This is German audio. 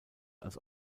als